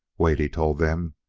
wait, he told them.